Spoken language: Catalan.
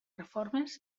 reformes